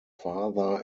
father